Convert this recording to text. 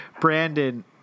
brandon